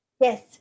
Yes